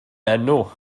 enw